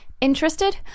Interested